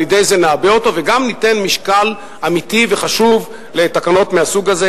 על-ידי זה נעבה אותו וגם ניתן משקל אמיתי וחשוב לתקנות מהסוג הזה,